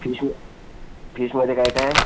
fish फिशमध्ये काय काय आहे